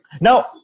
Now